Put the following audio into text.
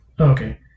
Okay